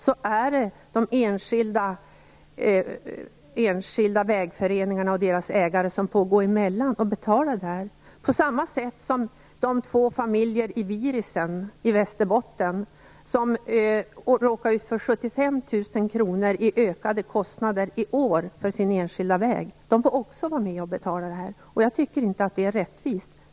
Det är då de enskilda vägföreningarna och deras ägare som får gå emellan och betala på samma sätt som de två familjer i Västerbotten som fick betala 75 000 kr i ökade kostnader i år för sin enskilda väg. De får också vara med och betala. Jag tycker inte att det är rättvist.